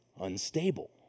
unstable